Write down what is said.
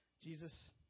Jesus